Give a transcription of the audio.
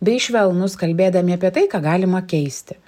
bei švelnūs kalbėdami apie tai ką galima keisti